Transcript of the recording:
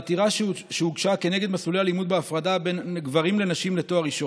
בעתירה שהוגשה נגד מסלולי הלימוד בהפרדה בין גברים לנשים לתואר ראשון.